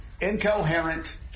incoherent